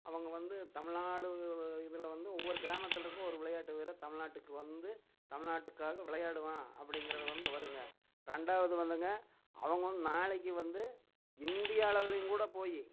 அவங்க வந்து தமிழ்நாடு இதில் வந்து ஒவ்வொரு கிராமத்தில் இருந்து ஒரு விளையாட்டு வீரர் தமிழ்நாட்டுக்கு வந்து தமிழ்நாட்டுக்காக விளையாடுவான் அப்படிங்கறது வந்து வருங்க ரெண்டாவது வந்துங்க அவங்க வந்து நாளைக்கு வந்து இந்தியா அளவுலேயுங்கூட போய்